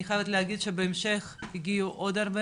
אני חייבת להגיד שבהמשך הגיעו עוד הרבה